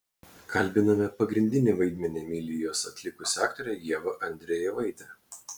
kalbiname pagrindinį vaidmenį emilijos atlikusią aktorę ievą andrejevaitę